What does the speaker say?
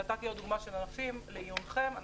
נתתי עוד דוגמאות לענפים, לעיונכם.